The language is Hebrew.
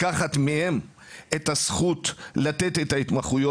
לקחת מהם את הזכות לתת את ההתמחויות